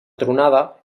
tronada